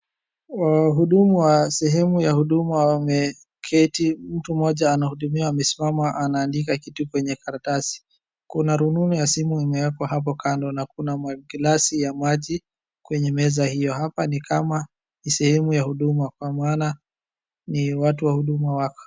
Wahudumu wa sehemu ya huduma wameketi. Mtu mmoja anahudumiwa amesimama anaandika kitu kwenye karatasi. Kuna rununu ya simu imeekwa hapo kando na kuna glasi ya maji kwenye meza hio. Hapa ni kama ni sehemu ya huduma kwa maana ni watu wa huduma wako.